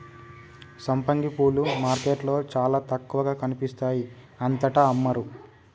సంపంగి పూలు మార్కెట్లో చాల తక్కువగా కనిపిస్తాయి అంతటా అమ్మరు